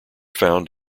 found